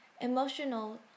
Emotional